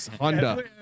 Honda